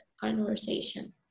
conversation